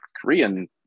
Korean